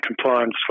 compliance